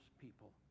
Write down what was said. people